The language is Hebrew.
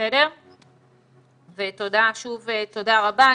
ושוב תודה רבה.